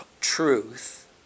truth